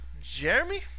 Jeremy